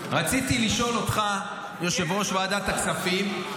יושב-ראש ועדת הכספים,